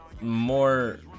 more